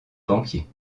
banquier